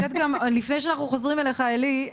לפני שאנחנו חוזרים אליך עלי,